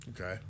Okay